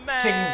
sings